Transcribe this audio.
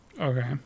Okay